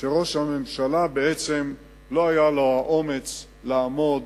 שראש הממשלה בעצם לא היה לו האומץ לעמוד